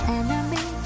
enemy